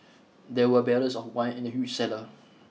there were barrels of wine in the huge cellar